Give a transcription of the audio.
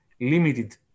limited